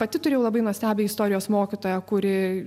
pati turėjau labai nuostabią istorijos mokytoją kuri